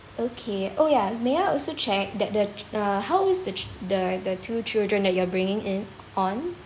okay oh ya may I also check that the c~ uh how is the the two children that you are bringing in on